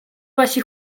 wasi